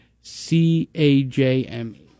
C-A-J-M-E